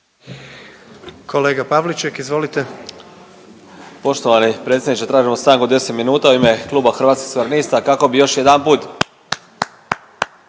suverenisti)** Poštovani predsjedniče. Tražimo stanku od 10 minuta u ime kluba Hrvatskih suverenista kako bi još jedanput